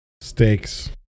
steaks